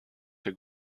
der